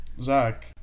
Zach